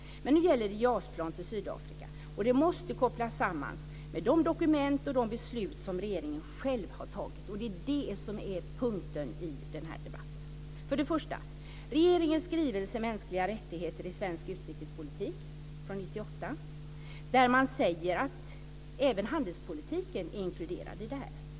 Men nu gäller det JAS-plan till Sydafrika, och det måste kopplas samman med de dokument och de beslut som regeringen själv har tagit. Det är det som är punkten i den här debatten. För det första är det regeringens skrivelse Mänskliga rättigheter i svensk utrikespolitik från 1998. Där säger man att även handelspolitiken är inkluderad i det här.